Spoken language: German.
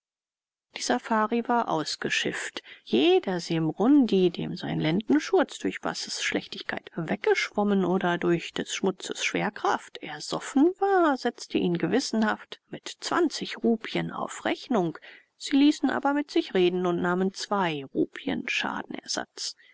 die safari war ausgeschifft jeder seemrundi dem sein lendenschurz durch basses schlechtigkeit weggeschwommen oder durch des schmutzes schwerkraft ersoffen war setzte ihn gewissenhaft mit zwanzig rupien auf rechnung sie ließen aber mit sich reden und nahmen zwei rupien schadenersatz